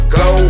go